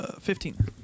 Fifteen